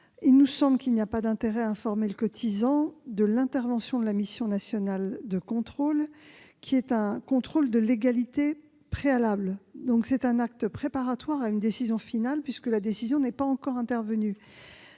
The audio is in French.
À nos yeux, il n'y a pas d'intérêt à informer le cotisant de l'intervention de la mission nationale de contrôle, qui exerce un contrôle de légalité préalable, c'est-à-dire un acte préparatoire à une décision finale, puisque la décision n'est pas encore intervenue.